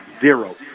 zero